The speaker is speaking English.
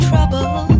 Trouble